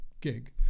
gig